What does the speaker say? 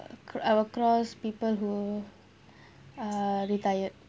I will cross people who are retired